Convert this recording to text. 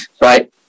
right